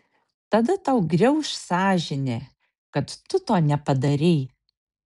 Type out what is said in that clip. tada tau griauš sąžinė kad tu to nepadarei